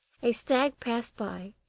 a stag passed by,